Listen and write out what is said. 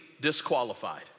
disqualified